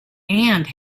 and